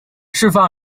释放